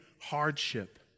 hardship